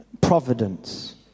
Providence